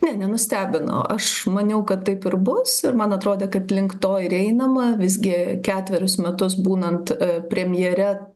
ne nenustebino aš maniau kad taip ir bus ir man atrodė kad link to ir einama visgi ketverius metus būnant premjere